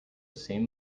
same